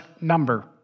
number